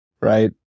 right